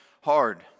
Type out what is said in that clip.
hard